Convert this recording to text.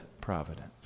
providence